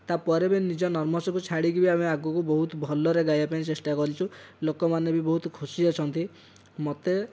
ତା'ପରେ ଭି ନିଜର ନର୍ଭସକୁ ଛାଡ଼ିକି ଭି ଆମକୁ ବହୁତ ଭଲରେ ଗାଇବା ପାଇଁ ଚେଷ୍ଟା କରିଛୁ ଲୋକମାନେ ଭି ବହୁତ ଖୁସି ଅଛନ୍ତି ମୋତେ